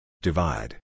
Divide